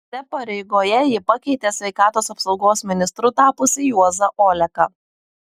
šiose pareigoje ji pakeitė sveikatos apsaugos ministru tapusį juozą oleką